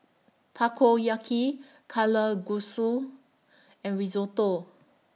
Takoyaki Kalguksu and Risotto